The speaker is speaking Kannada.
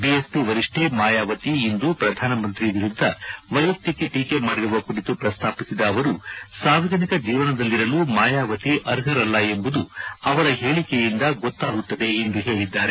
ಬಿಎಸ್ಪಿ ವರಿಷ್ಠೆ ಮಾಯಾವತಿ ಇಂದು ಪ್ರಧಾನಮಂತ್ರಿ ವಿರುದ್ದ ವೈಯಕ್ತಿಕ ಟೀಕೆ ಮಾಡಿರುವ ಕುರಿತು ಪ್ರಸ್ತಾಪಿಸಿದ ಅವರು ಸಾರ್ವಜನಿಕ ಜೀವನದಲ್ಲಿರಲು ಮಾಯಾವತಿ ಅರ್ಹರಲ್ಲ ಎಂಬುದು ಅವರ ಹೇಳಕೆಯಿಂದ ಗೊತ್ತಾಗುತ್ತದೆ ಎಂದು ಹೇಳಿದ್ದಾರೆ